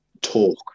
Talk